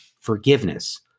Forgiveness